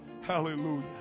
Hallelujah